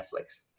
Netflix